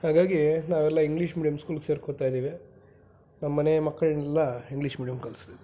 ಹಾಗಾಗಿ ನಾವೆಲ್ಲ English medium ಸ್ಕೂಲಿಗೆ ಸೇರ್ಕೊಳ್ತಾಯಿದ್ದೀವಿ ನಮ್ಮನೆ ಮಕ್ಕಳನ್ನೆಲ್ಲ ಇಂಗ್ಲೀಷ್ ಮೀಡಿಯಮ್ ಕಲಿಸ್ತಿದ್ರು